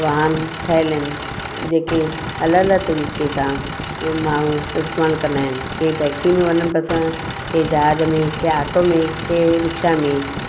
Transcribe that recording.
वाहन ठहियल आहिनि जेके अलॻि अलॻि तरीक़े सां माण्हू इस्तेमालु कंदा आहिनि के टॅक्सी में वञणु पसंदि के जहाज में के आटो में के रिक्षा में